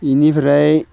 बेनिफ्राय